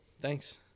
thanks